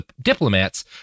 diplomats